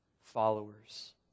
followers